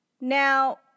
Now